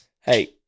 Hey